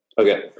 Okay